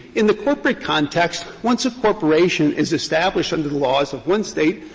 in the corporate context, once a corporation is established under the laws of one state,